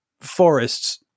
forests